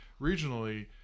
regionally